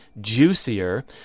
juicier